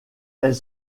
elle